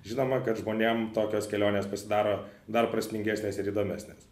žinoma kad žmonėm tokios kelionės pasidaro dar prasmingesnės ir įdomesnės